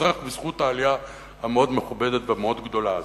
אזרח בזכות העלייה המאוד מכובדת ומאוד גדולה הזאת.